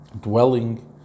dwelling